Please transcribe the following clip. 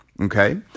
Okay